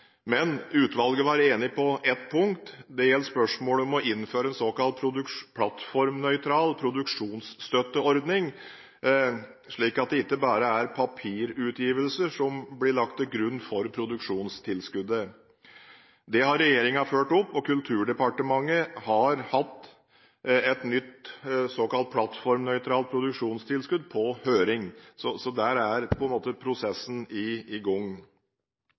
Men utvalget var enig på ett punkt, og det gjaldt spørsmålet om å innføre en såkalt plattformnøytral produksjonsstøtteordning, slik at det ikke bare er papirutgivelser som blir lagt til grunn for produksjonstilskuddet. Det har regjeringen fulgt opp, og Kulturdepartementet har hatt et nytt såkalt plattformnøytralt produksjonstilskudd på høring, så der er prosessen i gang. Utvalget var som nevnt delt i